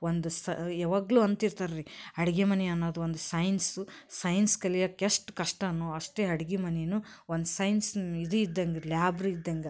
ಒಂದು ಸ ಯಾವಾಗಲೂ ಅಂತಿರ್ತಾರೆ ರಿ ಅಡುಗೆ ಮನೆ ಅನ್ನೋದು ಒಂದು ಸೈನ್ಸು ಸೈನ್ಸ್ ಕಲಿಯೋಕ್ಕೆಷ್ಟು ಕಷ್ಟವೋ ಅಷ್ಟೇ ಅಡಿಗೆ ಮನೆನೂ ಒಂದು ಸೈನ್ಸ್ ಇದು ಇದ್ದಂಗೆ ಲ್ಯಾಬ್ ರೀ ಇದ್ದಂಗೆ